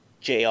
JR